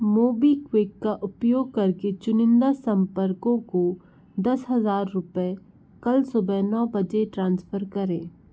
MobiKwik का उपयोग करके चुनिंदा संपर्कों को दस हज़ार रुपये कल सुबह नौ बजे ट्रांसफर करें